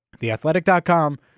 theathletic.com